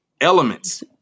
elements